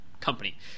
company